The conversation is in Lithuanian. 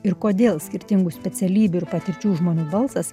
ir kodėl skirtingų specialybių ir patirčių žmonių balsas